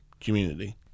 community